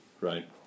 right